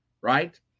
Right